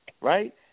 right